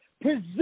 present